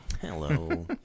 Hello